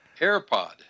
AirPod